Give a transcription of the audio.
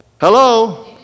Hello